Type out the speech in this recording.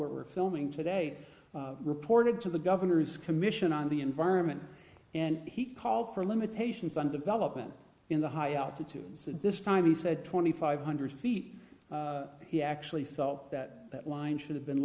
were filming today reported to the governor's commission on the environment and he called for limitations on development in the high altitude so this time he said twenty five hundred feet he actually felt that that line should have been